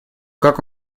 как